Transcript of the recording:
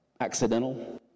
accidental